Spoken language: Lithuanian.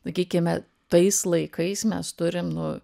sakykime tais laikais mes turim nu